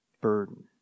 burden